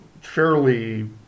fairly